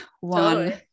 one